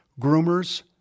groomers